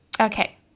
okay